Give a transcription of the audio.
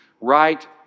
right